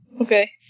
Okay